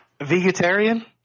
Vegetarian